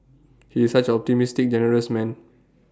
he is such optimistic generous man